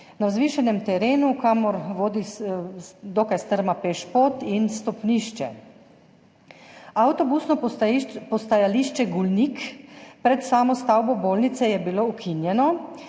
na vzvišenem terenu, kamor vodita dokaj strma pešpot in stopnišče. Avtobusno postajališče Golnik pred samo stavbo bolnice je bilo ukinjeno.